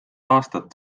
aastat